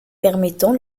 permettant